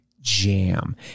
jam